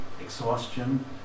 exhaustion